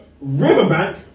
riverbank